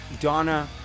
Donna